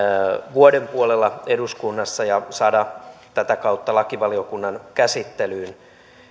vuoden puolella eduskunnassa ja saada tätä kautta lakivaliokunnan käsittelyyn